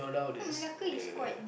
Malacca is quite